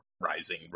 Rising